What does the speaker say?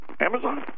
Amazon